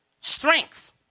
strength